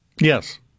Yes